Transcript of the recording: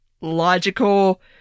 logical